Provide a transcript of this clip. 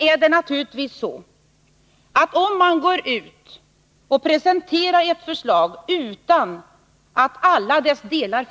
Om man, när man går ut och presenterar ett förslag, inte har med alla delar